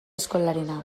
eskolarena